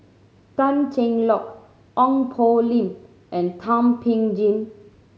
Tan Cheng Lock Ong Poh Lim and Thum Ping Tjin